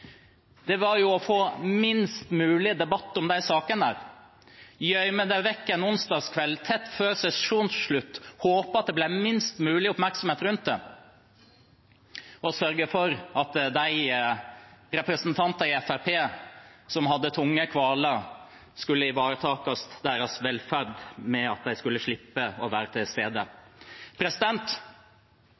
som var Fremskrittspartiets formål med utsettelsen: å få minst mulig debatt om sakene, gjemme dem vekk en onsdagskveld tett før sesjonsslutt, håpe på minst mulig oppmerksomhet rundt dem og sørge for at de representantene i Fremskrittspartiet som hadde tunge kvaler, skulle få ivaretatt sin velferd ved å slippe å være